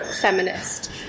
feminist